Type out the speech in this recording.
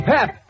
Pep